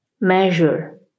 measure